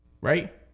right